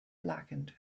blackened